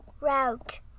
route